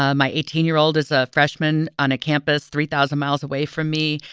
ah my eighteen year old is a freshman on a campus three thousand miles away from me.